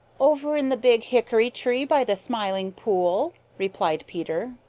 over in the big hickory-tree by the smiling pool, replied peter.